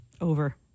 over